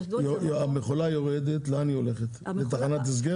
המכונה יורדת והולכת לתחנת הסגר?